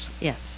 yes